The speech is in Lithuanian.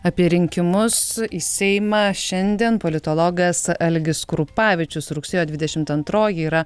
apie rinkimus į seimą šiandien politologas algis krupavičius rugsėjo dvidešimt antroji yra